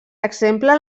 exemple